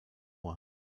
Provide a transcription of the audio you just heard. ohr